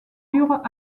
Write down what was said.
dures